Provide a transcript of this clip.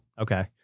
Okay